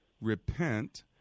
repent